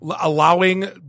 allowing